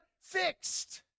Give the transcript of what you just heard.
fixed